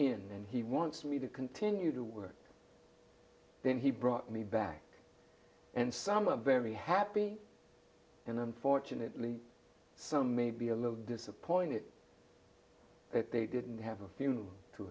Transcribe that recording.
in he wants me to continue to work then he brought me back and some are very happy and unfortunately some may be a little disappointed that they didn't have a f